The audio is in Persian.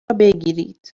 بگیرید